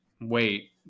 wait